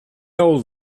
old